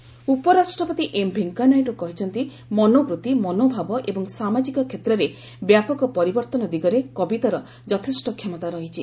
Naidu poets ଉପରାଷ୍ଟ୍ରପତି M Venkaiah Naidu କହିଛନ୍ତି ମନୋବୃତ୍ତି ମନୋଭାବ ଏବଂ ସାମାଜିକ କ୍ଷେତ୍ରରେ ବ୍ୟାପକ ପରିବର୍ତ୍ତନ ଦିଗରେ କବିତାର ଯଥେଷ୍ଟ କ୍ଷମତା ରହିଛି